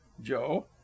joe